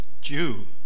Jew